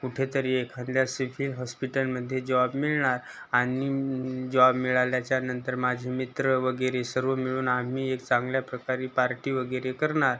कुठेतरी एखाद्या सिव्हिल हॉस्पिटलमध्ये जॉब मिळणार आणि जॉब मिळाल्याच्यानंतर माझे मित्र वगैरे सर्व मिळून आम्ही एक चांगल्या प्रकारे पार्टी वगैरे करणार